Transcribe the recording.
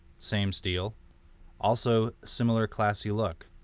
same steel also similar classy look.